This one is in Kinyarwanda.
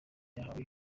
yahawe